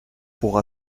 pour